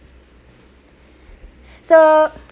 so